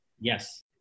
Yes